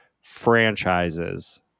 franchises